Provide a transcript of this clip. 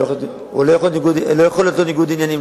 והוא לא יכול להיות בניגוד עניינים,